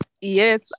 yes